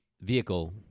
vehicle